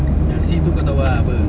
nah C tu kau tahu ah apa